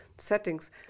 settings